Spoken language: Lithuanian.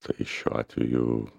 tai šiuo atveju